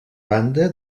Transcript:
banda